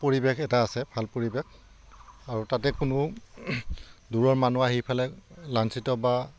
পৰিৱেশ এটা আছে ভাল পৰিৱেশ আৰু তাতে কোনো দূৰৰ মানুহ আহিফালে লাাঞ্চিত বা